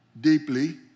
deeply